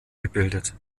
gebildet